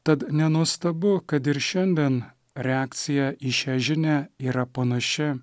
tad nenuostabu kad ir šiandien reakcija į šią žinią yra panaši